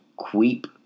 Queep